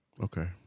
Okay